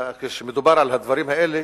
כשמדובר על הדברים האלה